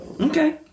okay